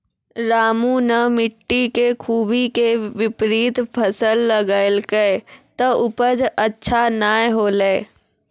रामू नॅ मिट्टी के खूबी के विपरीत फसल लगैलकै त उपज अच्छा नाय होलै